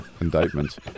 indictments